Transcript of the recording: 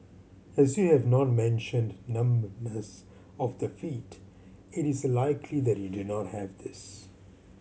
as you have not mentioned numbness of the feet it is likely that you do not have this